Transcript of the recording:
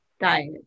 diet